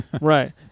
right